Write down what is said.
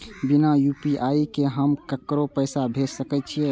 बिना यू.पी.आई के हम ककरो पैसा भेज सके छिए?